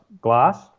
glass